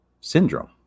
syndrome